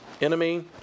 enemy